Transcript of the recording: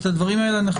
את הדברים האלה אנחנו